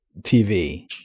tv